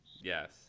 Yes